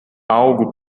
algo